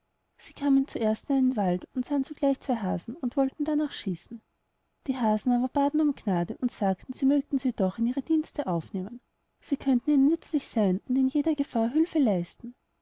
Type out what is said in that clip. sie kamen zuerst in einen wald und sahen zugleich zwei hasen und wollten darnach schießen die hasen aber baten um gnade und sagten sie mögten sie doch in ihre dienste aufnehmen sie könnten ihnen nützlich seyn und in jeder gefahr hülfe leisten